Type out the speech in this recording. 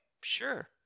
sure